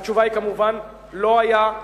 והתשובה היא כמובן לא היה.